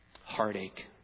Heartache